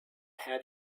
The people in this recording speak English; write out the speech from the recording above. have